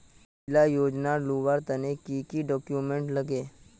इला योजनार लुबार तने की की डॉक्यूमेंट लगे?